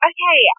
Okay